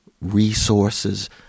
resources